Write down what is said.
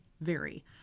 vary